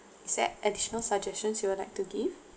is there additional suggestions you would like to give